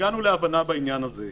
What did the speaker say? הגענו להבנה בעניין הזה.